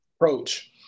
approach